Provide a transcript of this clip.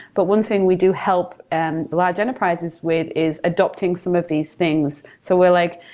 but one thing we do help and large enterprises with is adapting some of these things. so we're like,